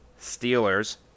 Steelers